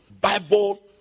Bible